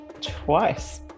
twice